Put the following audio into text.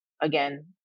again